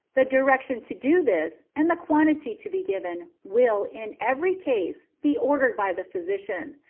the direction to do this, and the quantity to be given, will, in every case, be ordered by the physician.